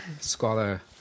scholar